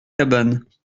cabanes